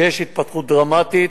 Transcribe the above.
שיש התפתחות דרמטית.